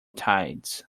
tides